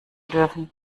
dürfen